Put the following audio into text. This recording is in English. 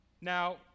Now